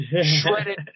shredded